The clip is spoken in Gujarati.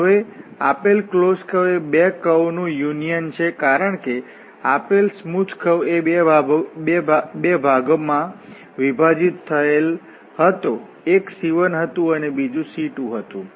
હવે આપેલ ક્લોસ્ડ કર્વ એ બે કર્વ નું યુનિયન છે કારણ કે આપેલ સ્મૂથ કર્વ એ બે ભાગ માં વિભાજિત થયેલ હતો એક C1 હતું અને બીજું C2 હતું